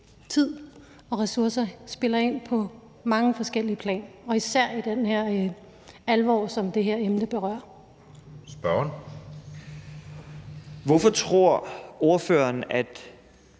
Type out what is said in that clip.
tid og ressourcer spiller ind på mange forskellige plan og især i den alvor, som det her emne berører. Kl. 17:09 Anden